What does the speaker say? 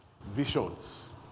Visions